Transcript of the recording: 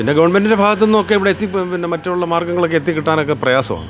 പിന്നെ ഗവൺമെൻറിൻ്റെ ഭാഗത്തു നിന്നും ഒക്കെ ഇവിടെ എത്തി പിന്നെ മറ്റുള്ള മാർഗങ്ങളൊക്കെ എത്തിക്കിട്ടാനൊക്കെ പ്രയാസമാണ്